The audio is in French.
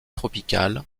tropicale